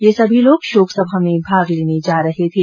ये सभी लोग शोक सभा में भाग लेने जा रहे थे